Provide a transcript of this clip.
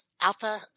alpha